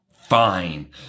fine